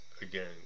again